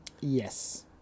Yes